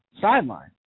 sideline